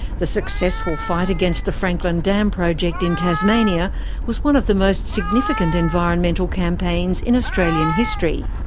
the successful fight against the franklin dam project in tasmania was one of the most significant environmental campaigns in australian history.